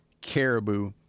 caribou